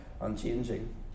unchanging